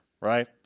Right